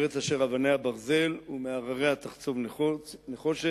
ארץ אשר אבניה ברזל ומהרריה תחצוב נחושת,